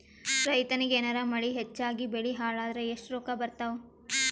ರೈತನಿಗ ಏನಾರ ಮಳಿ ಹೆಚ್ಚಾಗಿಬೆಳಿ ಹಾಳಾದರ ಎಷ್ಟುರೊಕ್ಕಾ ಬರತ್ತಾವ?